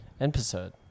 Episode